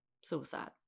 suicide